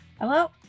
hello